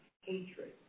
hatred